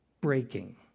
Breaking